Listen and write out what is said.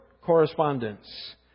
correspondence